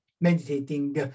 Meditating